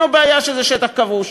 ואין לו בעיה שזה שטח כבוש,